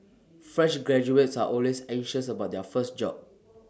fresh graduates are always anxious about their first job